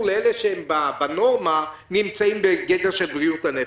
לאלה שהם בנורמה בגדר של בריאות הנפש.